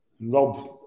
Rob